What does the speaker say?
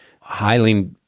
highly